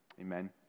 Amen